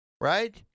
right